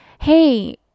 Hey